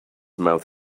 mouth